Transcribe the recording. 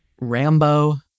RAMBO